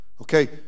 Okay